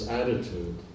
attitude